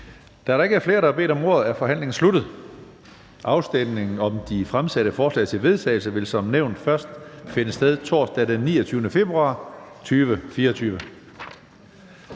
Da der ikke er flere, der har bedt om ordet, er forhandlingen sluttet. Afstemningen om de fremsatte forslag til vedtagelse vil som nævnt først finde sted torsdag den 29. februar 2024.